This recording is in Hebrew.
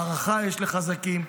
הערכה יש לחזקים.